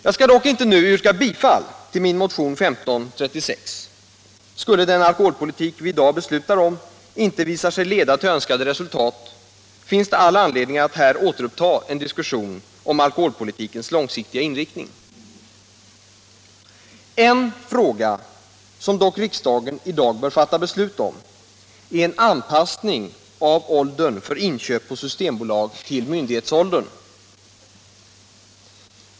Jag skall dock inte nu yrka bifall till min motion 1536. Skulle den alkoholpolitik som vi i dag beslutar om inte visa sig leda till önskat resultat finns det all anledning att här återuppta en diskussion om alkoholpolitikens långsiktiga inriktning. En fråga som dock riksdagen i dag bör fatta beslut om är en anpassning av åldern för inköp på systembolag till myndighetsåldern.